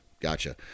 gotcha